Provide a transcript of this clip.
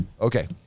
Okay